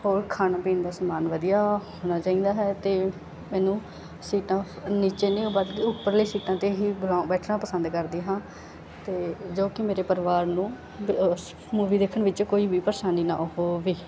ਹੋਰ ਖਾਣਾ ਪੀਣ ਦਾ ਸਮਾਨ ਵਧੀਆ ਹੋਣਾ ਚਾਹੀਦਾ ਹੈ ਅਤੇ ਮੈਨੂੰ ਸੀਟਾਂ ਨੀਚੇ ਨਹੀਂ ਉਹ ਵੱਧ ਉੱਪਰਲੀ ਸੀਟਾਂ 'ਤੇ ਹੀ ਬਣਾ ਬੈਠਣਾ ਪਸੰਦ ਕਰਦੀ ਹਾਂ ਤਾਂ ਜੋ ਕਿ ਮੇਰੇ ਪਰਿਵਾਰ ਨੂੰ ਸ ਮੂਵੀ ਦੇਖਣ ਵਿੱਚ ਕੋਈ ਵੀ ਪਰੇਸ਼ਾਨੀ ਨਾ ਹੋਵੇ